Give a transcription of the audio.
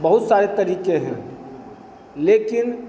बहुत सारे तरीके हैं लेकिन